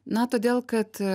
na todėl kad